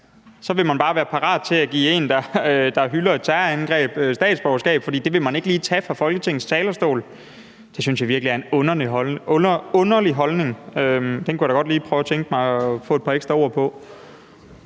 Så vil man bare være parat til at give en, der hylder et terrorangreb, statsborgerskab, for det vil man ikke lige tage fra Folketingets talerstol. Det synes jeg virkelig er en underlig holdning. Den kunne jeg da godt tænke mig lige at prøve at få sat et par ekstra ord på.